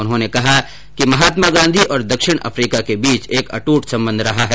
उन्होंने कहा कि महात्मा गांधी और दक्षिण अफ्रीका के बीच एक अट्ट संबंध रहा है